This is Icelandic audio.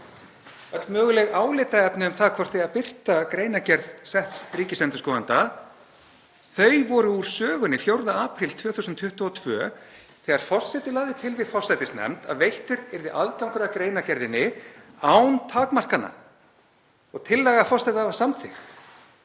Öll möguleg álitaefni um það hvort eigi að birta greinargerð setts ríkisendurskoðanda voru úr sögunni 4. apríl 2022 þegar forseti lagði til við forsætisnefnd að veittur yrði aðgangur að greinargerðinni án takmarkana og tillaga forseta var samþykkt.